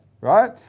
right